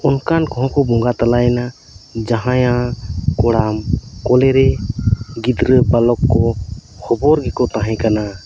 ᱚᱱᱠᱟᱱ ᱠᱚᱦᱚᱸᱠᱚ ᱵᱚᱸᱜᱟ ᱛᱟᱞᱟᱭᱱᱟ ᱡᱟᱦᱟᱸᱭᱟᱜ ᱠᱚᱲᱟᱢ ᱠᱚᱞᱮ ᱨᱮ ᱜᱤᱫᱽᱨᱟᱹ ᱵᱟᱞᱚᱠ ᱠᱚ ᱦᱚᱵᱚᱨ ᱜᱮᱠᱚ ᱛᱟᱦᱮᱸ ᱠᱟᱱᱟ